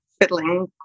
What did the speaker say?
fiddling